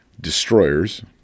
destroyers